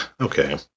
okay